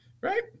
Right